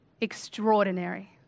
extraordinary